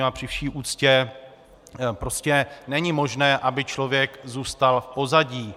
A při vší úctě, prostě není možné, aby člověk zůstal v pozadí.